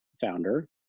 founder